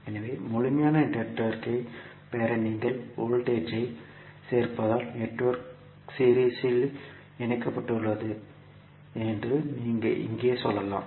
எனவே முழுமையான நெட்வொர்க் ஐ பெற நீங்கள் வோல்டேஜ் ஐ சேர்ப்பதால் நெட்வொர்க் சீரிஸ் இல் இணைக்கப்பட்டுள்ளது என்று இங்கே சொல்லலாம்